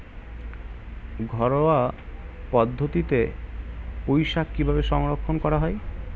ঘরোয়া পদ্ধতিতে পুই শাক কিভাবে সংরক্ষণ করা হয়?